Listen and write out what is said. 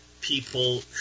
people